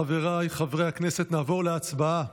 חבריי חברי הכנסת, נעבור להצבעה